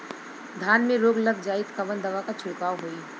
धान में रोग लग जाईत कवन दवा क छिड़काव होई?